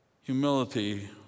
Humility